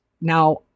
Now